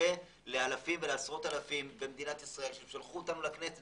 לפה ולעשרות אלפים במדינת ישראל ששלחו אותנו לכנסת